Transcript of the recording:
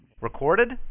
Recorded